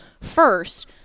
First